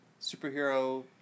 superhero